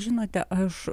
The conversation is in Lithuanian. žinote aš